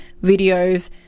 videos